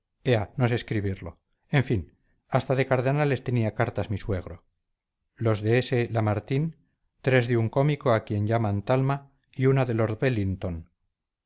no sé escribirlo en fin hasta de cardenales tenía cartas mi suegro dos de ese lamartine tres de un cómico a quien llamaban talma y una de